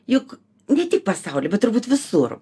juk ne tik pasauly bet turbūt visur